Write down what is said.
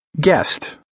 Guest